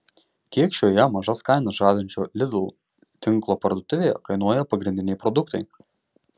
kiek šioje mažas kainas žadančio lidl tinklo parduotuvėje kainuoja pagrindiniai produktai